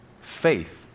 faith